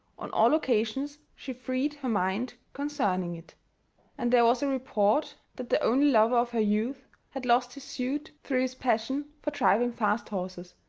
on all occasions she freed her mind concerning it and there was a report that the only lover of her youth had lost his suit through his passion for driving fast horses.